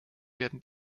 werden